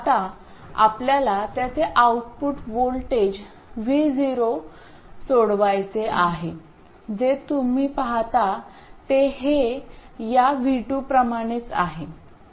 आता आपल्याला त्याचे आउटपुट व्होल्टेज Vo सोडवायचे आहे जे तुम्ही पाहता ते हे या V2 प्रमाणेच आहे